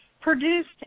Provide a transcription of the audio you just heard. produced